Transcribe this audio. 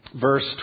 verse